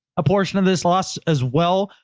a portion of this loss as well.